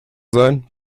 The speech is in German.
sein